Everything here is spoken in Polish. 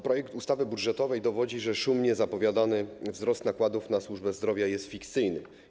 Projekt ustawy budżetowej dowodzi, że szumnie zapowiadany wzrost nakładów na służbę zdrowia jest fikcyjny.